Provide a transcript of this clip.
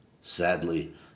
sadly